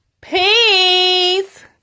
Peace